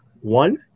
one